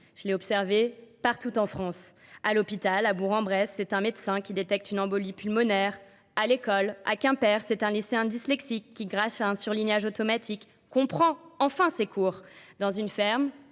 Je l'ai observé partout en France. À l'hôpital à Bourg-en-Bresse, c'est un médecin qui détecte une embolie pulmonaire À l'école, à Quimper, c'est un lycéen dyslexique qui, grâce à un surlignage automatique, comprend enfin ses cours. Dans une ferme,